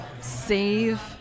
save